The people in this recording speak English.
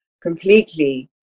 completely